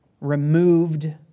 removed